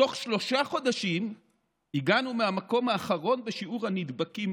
בתוך שלושה חודשים הגענו מהמקום האחרון בשיעור הנדבקים